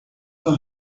uma